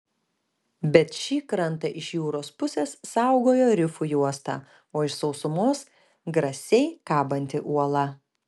bet šį krantą iš jūros pusės saugojo rifų juosta o iš sausumos grasiai kabanti uola